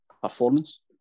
performance